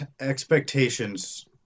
Expectations